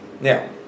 Now